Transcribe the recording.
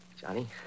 Johnny